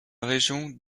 région